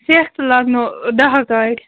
سٮ۪کھ لَگنو دَہ گاڑِ